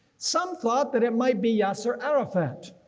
some thought that it might be yasser arafat,